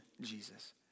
Jesus